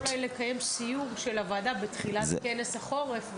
אני מציעה אולי לקיים סיור של הוועדה בתחילת כנס החורף,